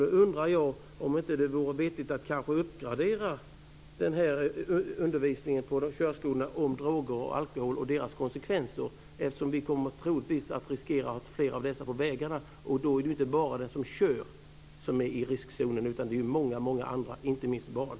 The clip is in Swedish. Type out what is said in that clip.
Jag undrar om det inte vore vettigt att uppgradera undervisningen på körskolorna om droger och alkohol och deras konsekvenser, eftersom vi troligtvis kommer att riskera att ha flera som är påverkade av dessa på vägarna. Då är det inte bara den som kör som är i riskzonen, utan det är många andra, inte minst barn.